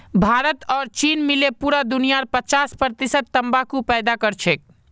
भारत और चीन मिले पूरा दुनियार पचास प्रतिशत तंबाकू पैदा करछेक